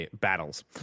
battles